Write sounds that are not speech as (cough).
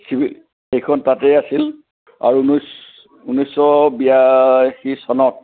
(unintelligible) এইখন তাতে আছিল আৰু ঊনৈছ ঊনৈছশ বিয়াশী চনত